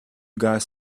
guys